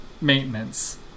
maintenance